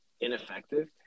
ineffective